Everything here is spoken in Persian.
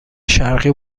شرقی